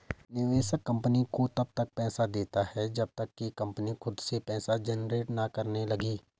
निवेशक कंपनी को तब तक पैसा देता है जब तक कि वह कंपनी खुद से पैसा जनरेट ना करने लगे